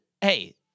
hey